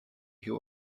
who